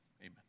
amen